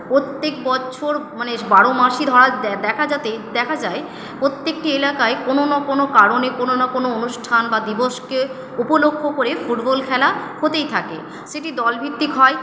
প্রত্যেক বছর মানে বারো মাসই দেখা যাতে দেখা যায় প্রত্যেকটি এলাকায় কোনো না কোনো কারণে কোনো না কোনো অনুষ্ঠান বা দিবসকে উপলক্ষ্য করে ফুটবল খেলা হতেই থাকে সেটি দল ভিত্তিক হয়